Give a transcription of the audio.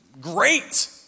great